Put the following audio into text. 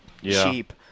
cheap